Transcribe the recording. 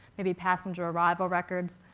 maybe passenger arrival records.